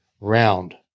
round